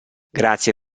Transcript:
grazie